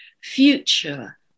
future